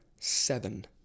seven